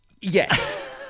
Yes